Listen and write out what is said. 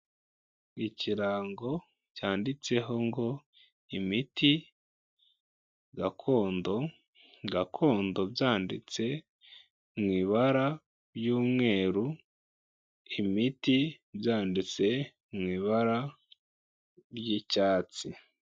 Ikirango cyanditseho ngo imiti gakondo, gakondo byanditse mu ibara ry'umweru, imiti byanditse mu ibara ry'icyatsi.